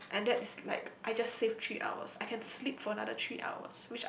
and that's like I just save three hours I can sleep for another three hours which